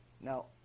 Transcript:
Now